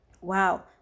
wow